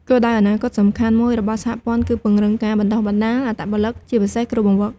គោលដៅអនាគតសំខាន់មួយរបស់សហព័ន្ធគឺពង្រឹងការបណ្ដុះបណ្ដាលអត្តពលិក ជាពិសេសគ្រូបង្វឹក។